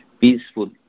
peaceful